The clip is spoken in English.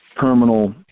terminal